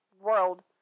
world